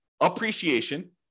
appreciation